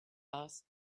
asked